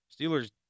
Steelers